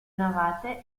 navate